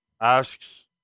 asks